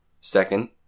Second